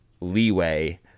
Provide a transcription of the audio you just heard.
leeway